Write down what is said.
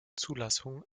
zulassung